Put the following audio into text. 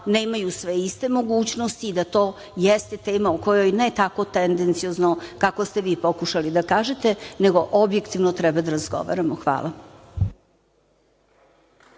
nemaju sve iste mogućnosti, da to jeste tema u kojoj ne tako tendenciozno kako ste vi pokušali da kažete, nego objektivno treba da razgovaramo. Hvala.